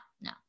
no